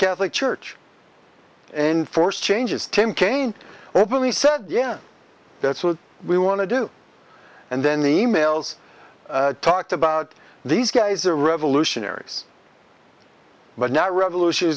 catholic church and force changes tim kaine openly said yeah that's what we want to do and then the emails talked about these guys are revolutionaries but now revolution